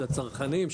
של הצרכנים,